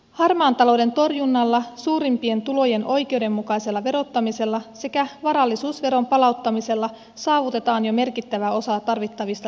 harmaan talouden torjunnalla suurimpien tulojen oikeudenmukaisella verottamisella sekä varallisuusveron palauttamisella saavutetaan jo merkittävä osa tarvittavista lisätuloista